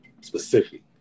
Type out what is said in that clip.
specific